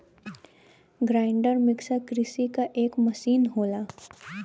grinder mixer कृषि क एक मसीन होला